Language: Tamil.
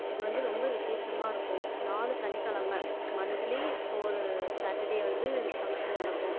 இது வந்து ரொம்ப விசேஷமாகருக்கும் நாலு சனிக்கிழம மந்த்திலி ஃபோரு சாட்டர்டே வந்து இந்த ஃபங்க்ஷன் நடக்கும்